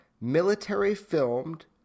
military-filmed